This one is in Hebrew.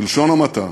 בלשון המעטה,